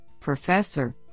Professor